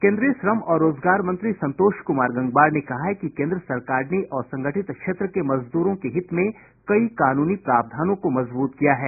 केन्द्रीय श्रम और रोजगार मंत्री संतोष कुमार गंगवार ने कहा है कि केन्द्र सरकार ने असंगठित क्षेत्र के मजदूरों के हित में कई कानूनी प्रावधानों को मजबूत किया है